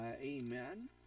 amen